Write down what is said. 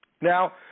Now